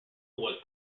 was